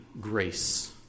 grace